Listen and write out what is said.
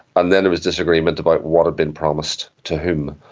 and then there was disagreement about what had been promised to whom.